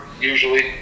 usually